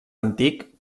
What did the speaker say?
antic